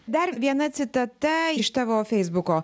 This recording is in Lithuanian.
dar viena citata iš tavo feisbuko